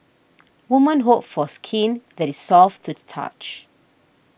women hope for skin that is soft to the touch